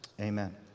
amen